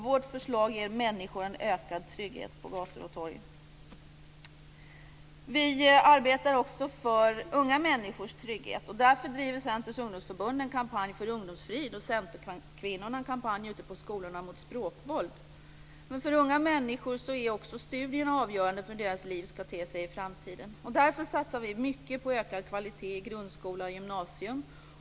Vårt förslag ger människor en ökad trygghet på gator och torg. Vi arbetar också för unga människors trygghet. Därför driver Centerns ungdomsförbund en kampanj för ungdomsfrid och Centerkvinnorna en kampanj ute på skolorna mot språkvåld. Men för unga människor är också studierna avgörande för hur deras liv ska te sig i framtiden. Därför satsar vi mycket på ökad kvalitet i grundskola och gymnasium.